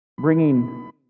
bringing